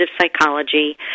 psychology